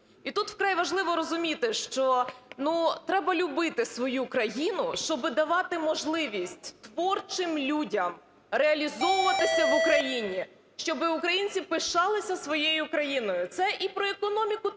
І тут вкрай важливо розуміти, що треба любити свою країну, щоб давати можливість творчим людям реалізовуватися в Україні. Щоб українці пишалися своєю країною, це і про економіку